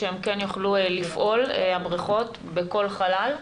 שהבריכות יוכלו לפעול בכל חלל.